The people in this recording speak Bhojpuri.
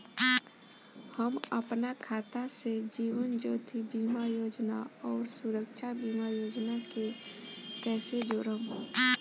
हम अपना खाता से जीवन ज्योति बीमा योजना आउर सुरक्षा बीमा योजना के कैसे जोड़म?